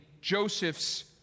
Joseph's